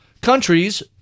countries